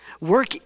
Work